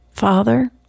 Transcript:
Father